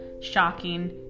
shocking